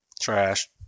Trash